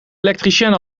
elektricien